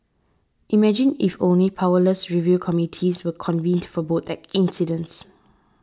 imagine if only powerless review committees were convened for both at incidents